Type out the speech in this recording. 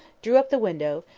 drew up the window,